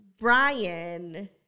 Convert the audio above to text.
Brian